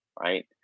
right